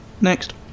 Next